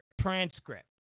transcript